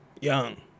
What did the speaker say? Young